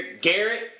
Garrett